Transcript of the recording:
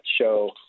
show